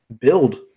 build